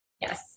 yes